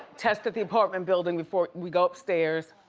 tests at the apartment building before we go upstairs.